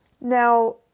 Now